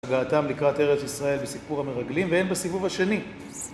הגעתם לקראת ארץ ישראל בסיפור המרגלים, ואין בסיבוב השני.